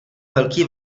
velký